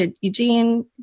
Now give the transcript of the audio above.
Eugene